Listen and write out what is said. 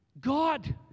God